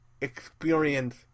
experience